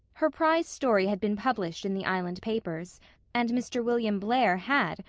her prize story had been published in the island papers and mr. william blair had,